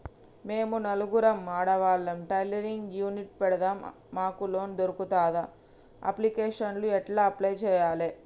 మేము నలుగురం ఆడవాళ్ళం టైలరింగ్ యూనిట్ పెడతం మాకు లోన్ దొర్కుతదా? అప్లికేషన్లను ఎట్ల అప్లయ్ చేయాలే?